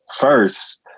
first